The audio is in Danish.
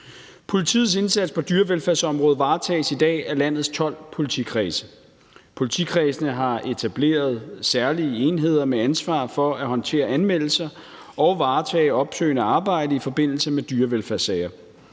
Politiets indsats på dyrevelfærdsområdet varetages i dag af landets 12 politikredse. Politikredsene har etableret særlige enheder med ansvar for at håndtere anmeldelser og varetage opsøgende arbejde i forbindelse med dyrevelfærdssager.